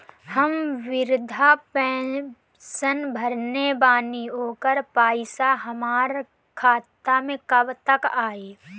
हम विर्धा पैंसैन भरले बानी ओकर पईसा हमार खाता मे कब तक आई?